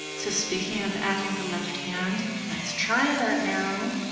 so speaking of adding the left hand, let's try that now,